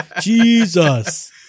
Jesus